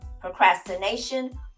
Procrastination